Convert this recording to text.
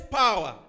power